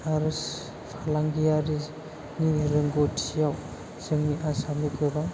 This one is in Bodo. आरो फालांगियारि नि रोंगथियाव जोंनि आसामाव गोबां